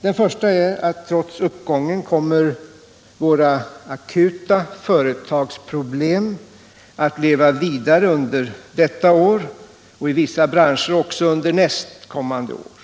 Den första är att trots uppgången kommer våra akuta företagsproblem att leva vidare under detta år och i vissa branscher också under nästkommande år.